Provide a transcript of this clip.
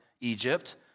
Egypt